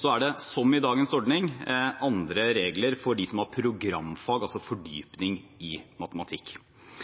Så er det, som i dagens ordning, andre regler for dem som har programfag, altså fordypning i matematikk.